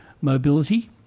mobility